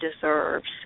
deserves